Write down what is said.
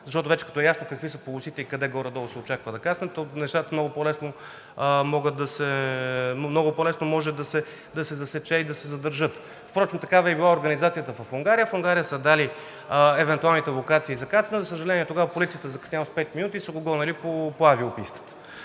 когато вече е ясно какви са полосите и къде горе-долу се очаква да кацне, нещата много по-лесно могат да се засекат и да се задържат. Впрочем, такава е била организацията и в Унгария. В Унгария са дали евентуалните локации за кацане. За съжаление, тогава полицията е закъсняла с пет минути и са го гонили по авиопистата.